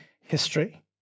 history